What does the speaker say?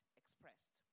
expressed